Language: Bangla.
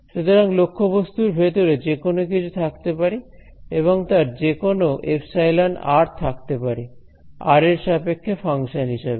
সুতরাং লক্ষ্যবস্তুর ভেতরে যেকোনো কিছু থাকতে পারে এবং তার যেকোনো ε থাকতে পারে r এর সাপেক্ষে ফাংশন হিসাবে